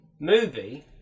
Movie